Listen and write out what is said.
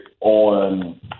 on